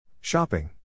Shopping